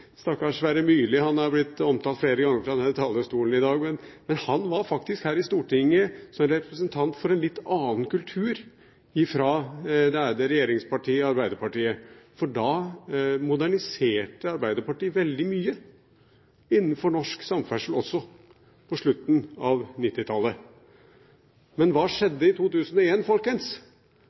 stakkars Sverre Myrli blitt omtalt flere ganger fra denne talerstolen i dag, men han var faktisk på Stortinget som representant for en litt annen kultur i det ærede regjeringspartiet Arbeiderpartiet, for på slutten av 1990-tallet moderniserte Arbeiderpartiet veldig mye også innenfor norsk samferdsel. Men hva skjedde i